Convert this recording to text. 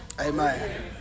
Amen